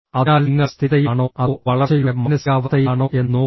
അതിനാൽ നിങ്ങൾ സ്ഥിരതയിലാണോ അതോ വളർച്ചയുടെ മാനസികാവസ്ഥയിലാണോ എന്ന് നോക്കുക